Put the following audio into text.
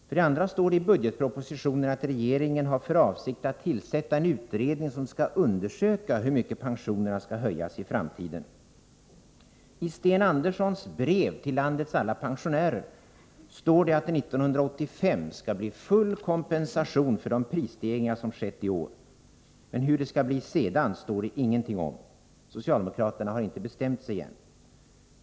För det andra står det i budgetpropositionen att regeringen har för avsikt att tillsätta en utredning som skall undersöka hur mycket pensionerna skall höjas i framtiden. I Sten Anderssons brev till landets alla pensionärer står det att det 1985 skall ges full kompensation för de prisstegringar som skett i år, men hur det skall bli sedan står det ingenting om. Socialdemokraterna har inte bestämt sig än.